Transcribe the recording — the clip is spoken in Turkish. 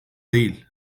değil